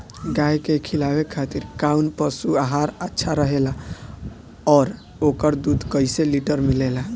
गाय के खिलावे खातिर काउन पशु आहार अच्छा रहेला और ओकर दुध कइसे लीटर मिलेला?